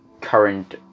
current